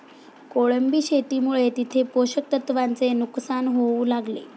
कोळंबी शेतीमुळे तिथे पोषक तत्वांचे नुकसान होऊ लागले